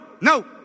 no